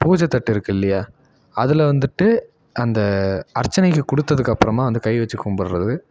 பூஜை தட்டு இருக்குது இல்லையா அதில் வந்துட்டு அந்த அர்ச்சனைக்கு கொடுத்ததுக்கப்புறமா வந்து கை வெச்சு கும்பிட்றது